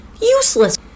Useless